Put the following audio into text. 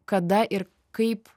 kada ir kaip